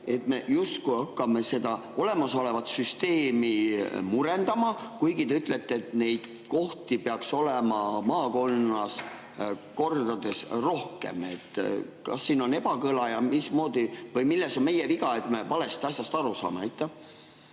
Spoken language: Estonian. et me justkui hakkame olemasolevat süsteemi murendama, kuigi te ütlete, et neid kohti peaks olema maakonnas kordades rohkem? Kas siin on ebakõla ja milles on meie viga, et me asjast valesti aru saame?